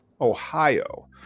Ohio